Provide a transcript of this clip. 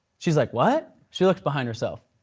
she's like what? she looks behind herself.